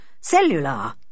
cellular